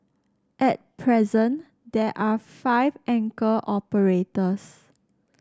at present there are five anchor operators